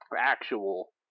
actual